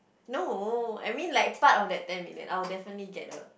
no I mean like part of that ten million I will definitely get a